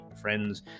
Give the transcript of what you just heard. friends